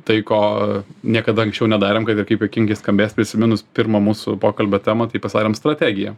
tai ko niekada anksčiau nedarėm kad ir kaip juokingai skambės prisiminus pirmą mūsų pokalbio temą taip pasidarėm strategiją